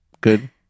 good